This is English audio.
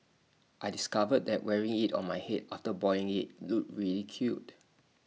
I discovered that wearing IT on my Head after boiling IT looked really cute